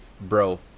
bro